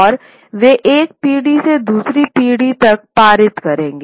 और वे एक पीढ़ी से दूसरी पीढ़ी तक पारित करेंगे